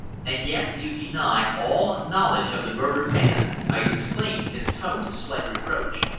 and yet you deny all knowledge of the murdered man! i exclaimed in a tone of slight reproach.